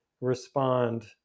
respond